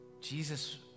Jesus